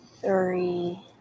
three